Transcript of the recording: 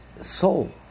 soul